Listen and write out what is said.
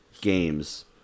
games